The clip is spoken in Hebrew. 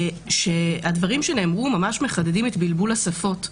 הדברים שנאמרו ממש מחדדים את בלבול השפות,